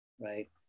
right